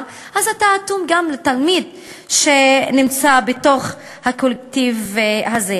אז אתה אטום גם לתלמיד שנמצא בתוך הקולקטיב הזה.